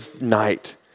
night